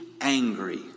angry